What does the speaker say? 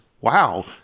wow